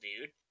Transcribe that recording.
dude